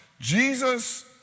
Jesus